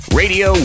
radio